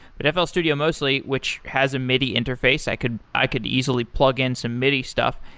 but fl studio mostly which has a midi interface. i could i could easily plug in some midi stuff.